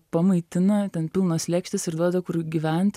pamaitina ten pilnos lėkštės ir duoda kur gyvent